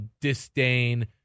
disdain